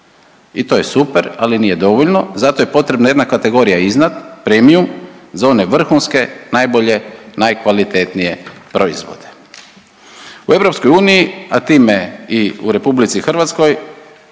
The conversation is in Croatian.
I to je super, ali nije dovoljno. Zato je potrebna jedna kategorija iznad premium za one vrhunske, najbolje, najkvalitetnije proizvode. U EU a time i u Republici Hrvatskoj